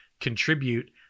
contribute